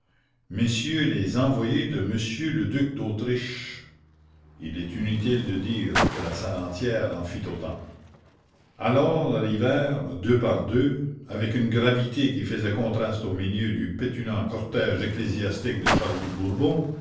messieurs les envoyés de monsieur le duc d'autriche il est inutile de dire que la salle entière en fit autant alors arrivèrent deux par deux avec une gravité qui faisait contraste au milieu du pétulant cortège ecclésiastique de charles de